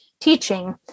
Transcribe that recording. teaching